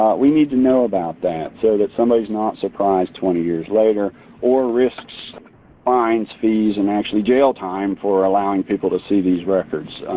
we need to know about that so that somebody is not surprised twenty years later or risks fines, fees or and actually jail time for allowing people to see these records.